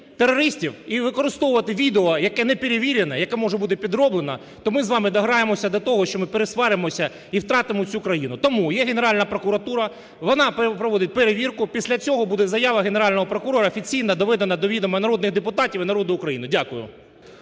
і використовувати відео, яке не перевірене, яке може бути підроблено, то ми з вами дограємося до того, що ми пересваримося і втратимо цю країну. Тому є Генеральна прокуратура, вона проводить перевірку. Після цього буде заява Генерального прокурора офіційна, доведена до відома народних депутатів і народу України. Дякую.